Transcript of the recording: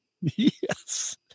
Yes